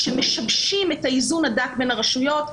כשמשבשים את האיזון הדק בין הרשויות,